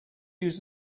use